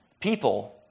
People